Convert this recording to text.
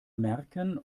merken